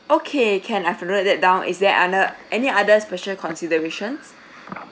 okay can I have note that down is there others any other special considerations